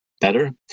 better